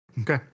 Okay